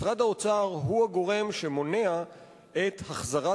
משרד האוצר הוא הגורם שמונע את החזרת